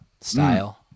style